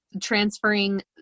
transferring